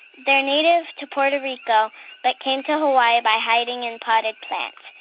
they're native to puerto rico but came to hawaii by hiding in potted plants.